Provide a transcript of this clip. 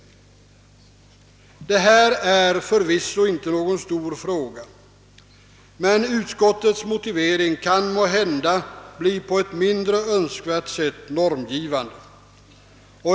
Detta är förvisso inte någon stor fråga, men utskottets motivering kan måhända bli på ett mindre önskvärt sätt normgivande.